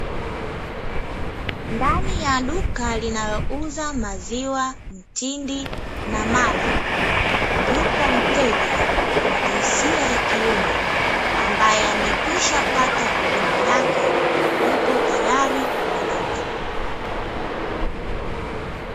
Ndani ya duka linalouza maziwa mtindi na mala, yupo mteja mwenye jinsia ya kiume ambaye amekwishapata huduma yake, yupo tayari kuondoka.